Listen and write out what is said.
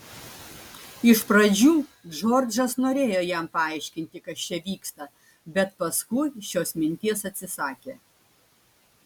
iš pradžių džordžas norėjo jam paaiškinti kas čia vyksta bet paskui šios minties atsisakė